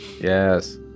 Yes